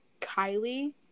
Kylie